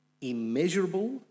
immeasurable